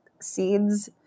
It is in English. seeds